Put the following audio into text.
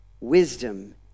Wisdom